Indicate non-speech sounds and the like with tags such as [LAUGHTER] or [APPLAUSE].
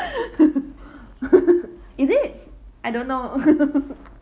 [LAUGHS] is it I don't know [LAUGHS]